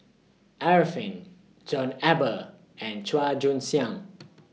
Arifin John Eber and Chua Joon Siang